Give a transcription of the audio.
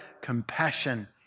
compassion